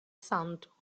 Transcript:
santo